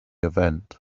event